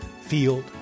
field